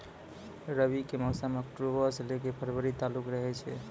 रबी के मौसम अक्टूबरो से लै के फरवरी तालुक रहै छै